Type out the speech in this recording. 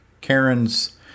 Karen's